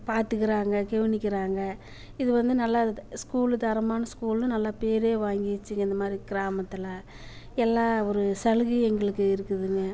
பார்த்துக்குறாங்க கவனிக்கிறாங்க இது வந்து நல்லா இது ஸ்கூலு தரமான ஸ்கூல்ன்னு நல்லா பேரே வாங்கியிருச்சுங்க இந்த மாதிரி கிராமத்தில் எல்லா ஒரு சலுகையும் எங்களுக்கு இருக்குதுங்க